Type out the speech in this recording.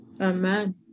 Amen